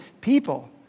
people